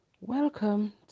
welcome